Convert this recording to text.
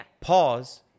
pause